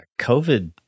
COVID